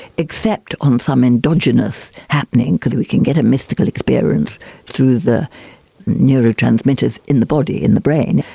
except on some endogenous happening because we can get a mystical experience through the neurotransmitters in the body, in the brain,